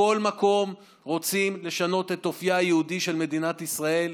בכל מקום רוצים לשנות את אופייה היהודי של מדינת ישראל.